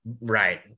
Right